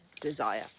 desire